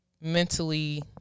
mentally